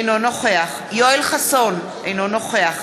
אינו נוכח יואל חסון, אינו נוכח